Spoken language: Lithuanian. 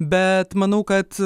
bet manau kad